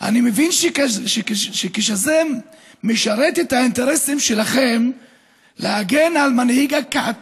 אני מבין שכשזה משרת את האינטרסים שלכם להגן על מנהיג הכת